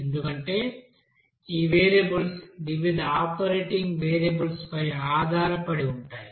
ఎందుకంటే ఈ వేరియబుల్స్ వివిధ ఆపరేటింగ్ వేరియబుల్స్పై ఆధారపడి ఉంటాయి